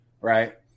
right